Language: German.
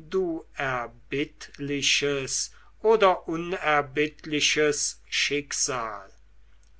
du erbittliches oder unerbittliches schicksal